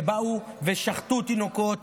שבאו ושחטו תינוקות,